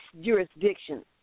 jurisdiction